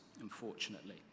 unfortunately